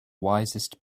wisest